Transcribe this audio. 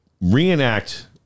reenact